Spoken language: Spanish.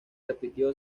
repitió